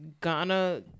Ghana